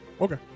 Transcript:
Okay